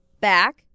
back